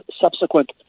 subsequent